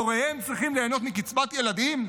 הוריהם צריכים ליהנות מקצבת ילדים?